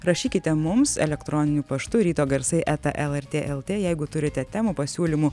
rašykite mums elektroniniu paštu ryto garsai eta lrt lt jeigu turite temų pasiūlymų